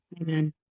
Amen